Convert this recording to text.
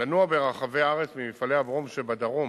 לנוע ברחבי הארץ ממפעלי הברום שבדרום